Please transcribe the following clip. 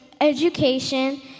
education